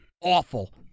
Awful